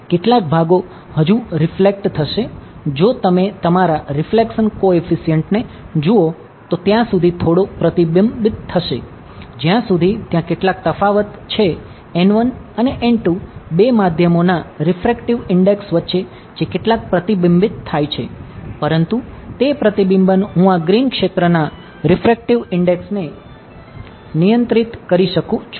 કેટલાક ભાગો હજુ રિફલેક્ટ થશે જો તમે તમારા રિફ્લેક્શન કોએફિસિયન્ટ ને જુઓ તો ત્યાં સુધી થોડો પ્રતિબિંબિત થશે જ્યાં સુધી ત્યાં કેટલાક તફાવત છે અને બે માધ્યમોના રીફ્રેક્ટિવ ઇન્ડેક્સ વચ્ચે જે કેટલાક પ્રતિબિંબ થાય છે પરંતુ તે પ્રતિબિંબન હું આ ગ્રીન ક્ષેત્રના રીફ્રેક્ટિવ ઇન્ડેક્સને નિયંત્રિત કરીને નિયંત્રિત કરી શકું છું